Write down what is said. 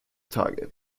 tage